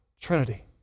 Trinity